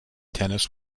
tennis